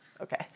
Okay